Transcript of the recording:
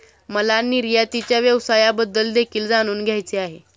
मला निर्यातीच्या व्यवसायाबद्दल देखील जाणून घ्यायचे आहे